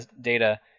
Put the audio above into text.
data